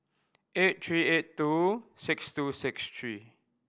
eight three eight two six two six three